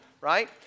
right